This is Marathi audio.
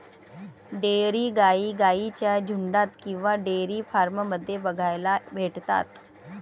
डेयरी गाई गाईंच्या झुन्डात किंवा डेयरी फार्म मध्ये बघायला भेटतात